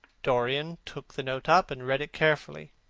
dorian took the note up and read it carefully.